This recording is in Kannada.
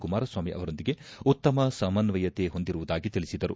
ಕುಮಾರಸ್ವಾಮಿ ಆವರೊಂದಿಗೆ ಉತ್ತಮ ಸಮನ್ವಯತೆ ಹೊಂದಿರುವುದಾಗಿ ತಿಳಿಸಿದರು